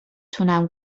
تونم